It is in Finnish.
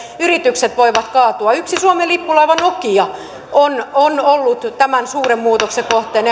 yritykset voivat kaatua huonoon johtamiseen yksi suomen lippulaiva nokia on on ollut tämän suuren muutoksen kohteena